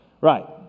Right